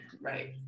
right